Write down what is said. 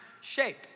shape